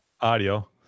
audio